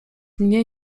mnie